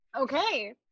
Okay